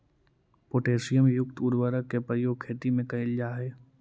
potassium युक्त उर्वरक के प्रयोग खेती में कैल जा हइ